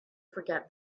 forget